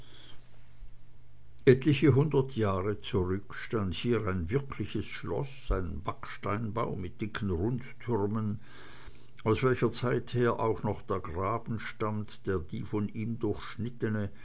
etliche hundert jahre zurück stand hier ein wirkliches schloß ein backsteinbau mit dicken rundtürmen aus welcher zeit her auch noch der graben stammt der die von ihm durchschnittene